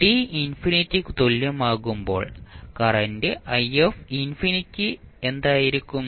t ഇൻഫിനിറ്റിയ്ക്ക് തുല്യമാകുമ്പോൾ current i∞ എന്തായിരിക്കും